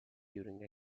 during